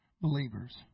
believers